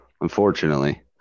Unfortunately